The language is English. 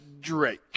Drake